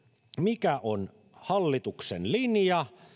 mikä on hallituksen linja